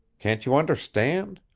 can't you understand?